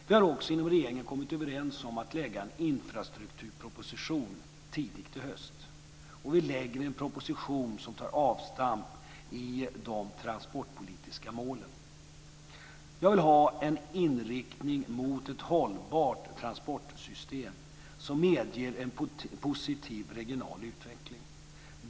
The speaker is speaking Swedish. Vi har också inom regeringen kommit överens om att lägga fram en infrastrukturproposition tidigt i höst. Vi lägger fram en proposition som tar avstamp i de transportpolitiska målen. Jag vill ha en inriktning mot ett hållbart transportsystem som medger en positiv regional utveckling.